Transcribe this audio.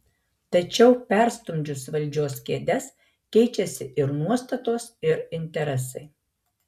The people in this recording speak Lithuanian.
tačiau perstumdžius valdžios kėdes keičiasi ir nuostatos ir interesai